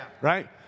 right